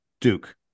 Duke